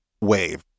wave